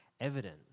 evident